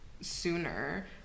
sooner